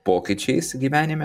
pokyčiais gyvenime